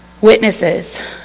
witnesses